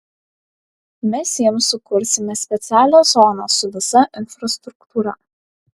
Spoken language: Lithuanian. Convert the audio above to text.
mes jiems sukursime specialią zoną su visa infrastruktūra